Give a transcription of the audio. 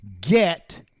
get